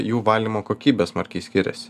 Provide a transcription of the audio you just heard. jų valymo kokybė smarkiai skiriasi